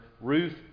Ruth